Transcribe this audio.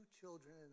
children